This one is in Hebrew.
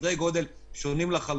סדרי גודל שונים לחלוטין.